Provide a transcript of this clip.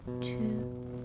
Two